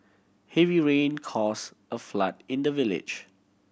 heavy rain cause a flood in the village